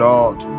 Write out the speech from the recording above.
Lord